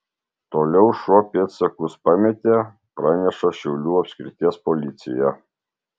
toliau šuo pėdsakus pametė praneša šiaulių apskrities policija